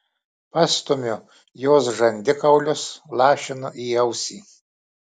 pastumiu jos žandikaulius lašinu į ausį